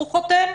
הוא חותם?